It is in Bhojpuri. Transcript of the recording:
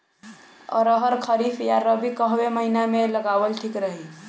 अरहर खरीफ या रबी कवने महीना में लगावल ठीक रही?